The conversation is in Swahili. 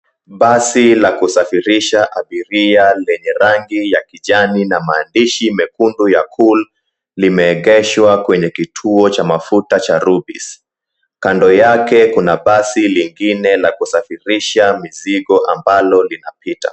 Basi la kusafirisha abiria lenye rangi ya kijani na maandishi mekundu ya, Cool, limeegeshwa kwenye kituo cha mafuta cha, Rubis. Kando yake kuna basi lingine la kusafirisha mizigo ambalo linapita.